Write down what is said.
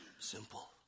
Simple